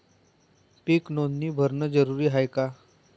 पीक नोंदनी भरनं जरूरी हाये का?